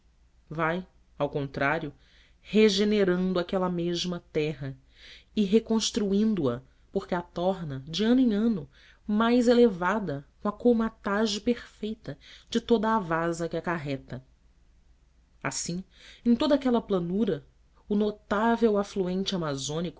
vai ao contrário regenerando aquela mesma terra e reconstruindo a porque a torna de ano em ano mais elevada com a colmatage perfeita de toda a vasa que acarreta assim em toda aquela planura o notável afluente amazônico